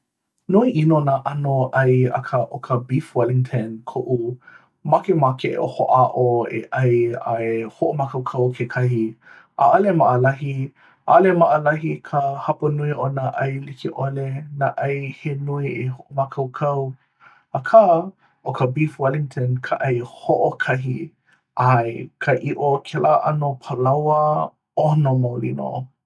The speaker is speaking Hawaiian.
nui ʻino nā ʻano ʻai akā ʻo ka beef wellington koʻu makemake e hoʻāʻo e ʻai, a e hoʻomākaukau kekahi. ʻaʻale maʻalahi ʻaʻale maʻalahi ka hapanui o nā ʻai like ʻole nā ʻai he nui e hoʻomākaukau akā ʻo ka beef wellington ka ʻai hoʻokahi ʻae ka ʻiʻo kēlā ʻano palaoa ʻono maoli nō